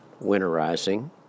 winterizing